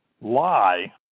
lie